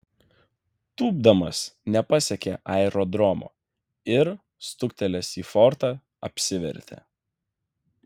tūpdamas nepasiekė aerodromo ir stuktelėjęs į fortą apsivertė